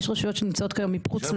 יש רשויות שנמצאות כיום מחוץ לרשת.